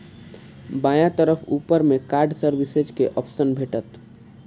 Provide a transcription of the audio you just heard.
बायां तरफ ऊपर मे कार्ड सर्विसेज के ऑप्शन भेटत